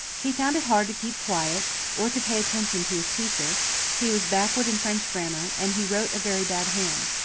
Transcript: he found it hard to keep quiet or to pay attention to his teacher he was backward in french grammar and he wrote a very bad hand.